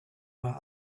war